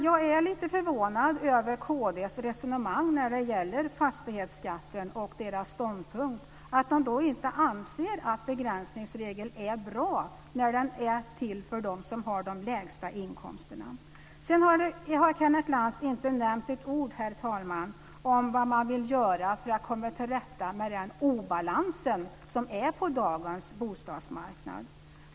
Jag är lite förvånad över kd:s resonemang och ståndpunkt när det gäller fastighetsskatten, att de inte anser att begränsningsregeln är bra när den är till för dem som har de lägsta inkomsterna. Sedan har Kenneth Lantz inte nämnt ett ord, herr talman, om vad man vill göra för att komma till rätta med obalansen på dagens bostadsmarknad.